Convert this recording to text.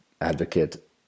advocate